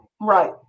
Right